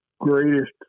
greatest